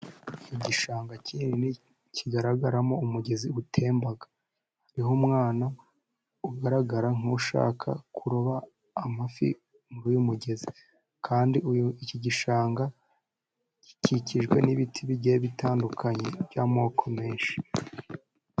Igishanga kinini kigaragaramo umugezi utemba, hariho umwana ugaragara nk'ushaka kuroba amafi muri uyu mugezi, kandi iki gishanga gikikijwe n'ibiti bigiye bitandukanye by'amoko menshi.